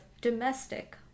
domestic